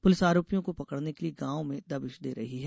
police आरोपियों को पकड़ने के लिए गांव में दबिश दे रही है